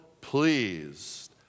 pleased